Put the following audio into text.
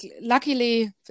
luckily